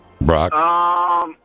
Brock